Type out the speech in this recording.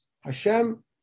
Hashem